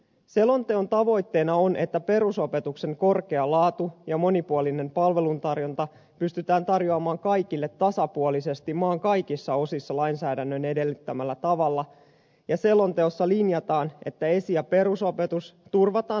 selonteon tavoitteena on että perusopetuksen korkea laatu ja monipuolinen palveluntarjonta pystytään tarjoamaan kaikille tasapuolisesti maan kaikissa osissa lainsäädännön edellyttämällä tavalla ja selonteossa linjataan että esi ja perusopetus turvataan lähipalveluna